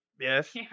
Yes